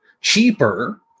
cheaper